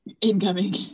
incoming